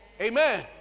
Amen